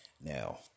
Now